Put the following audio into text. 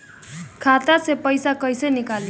खाता से पैसा कैसे नीकली?